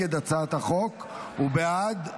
לכן,